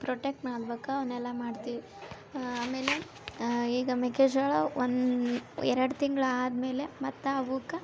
protect ಮಾಡಬೇಕಾ ಅವನ್ನೇಲ್ಲ ಮಾಡ್ತಿವಿ ಆಮೇಲೆ ಈಗ ಮೆಕ್ಕೆಜೋಳ ಒಂದ್ ಎರಡು ತಿಂಗ್ಳು ಆದ್ಮೇಲೆ ಮತ್ತೆ ಅವುಕ್ಕ